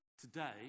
Today